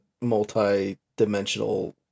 multi-dimensional